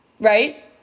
right